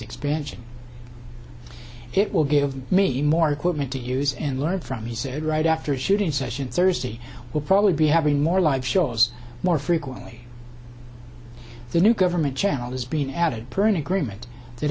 expansion it will give me more equipment to use and learn from he said right after shooting session thursday will probably be having more live shows more frequently the new government channel has been added per an agreement that